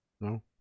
no